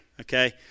okay